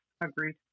agreed